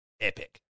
Epic